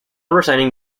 resigning